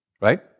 right